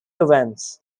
events